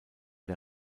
der